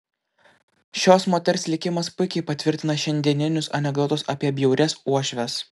šios moters likimas puikiai patvirtina šiandieninius anekdotus apie bjaurias uošves